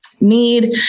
need